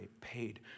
paid